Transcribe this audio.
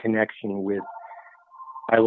connection with